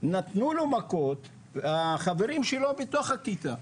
נתנו לו מכות החברים שלו בתוך הכיתה,